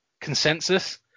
consensus